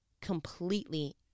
completely